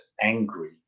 angry